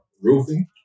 Roofing